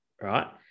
right